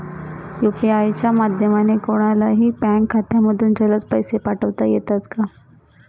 UPI च्या माध्यमाने कोणलाही बँक खात्यामधून जलद पैसे पाठवता येतात का?